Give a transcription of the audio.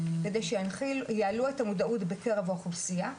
כדי שיעלו את המודעות בקרב האוכלוסייה,